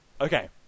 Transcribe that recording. okay